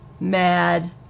mad